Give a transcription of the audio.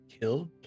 killed